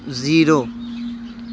zero